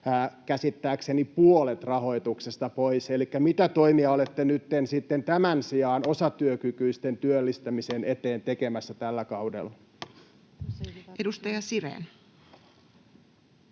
käsittääkseni puolet rahoituksesta pois. Elikkä mitä toimia olette tämän sijaan osatyökykyisten työllistämisen eteen tekemässä tällä kaudella? Edustaja Sirén.